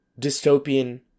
dystopian